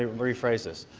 ah rephrase this.